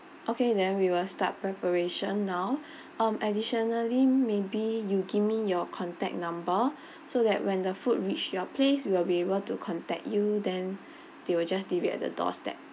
okay then we will start preparation now um additionally maybe you give me your contact number so that when the food reach your place we'll be able to contact you then they will just leave it at the doorstep